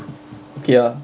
okay lah